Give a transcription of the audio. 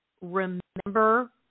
remember